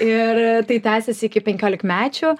ir tai tęsiasi iki penkiolikmečių